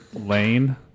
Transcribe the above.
lane